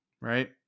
right